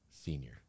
senior